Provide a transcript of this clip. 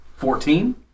Fourteen